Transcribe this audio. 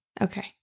okay